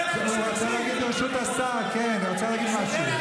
כל יוצאי אתיופיה, לא היינו פה.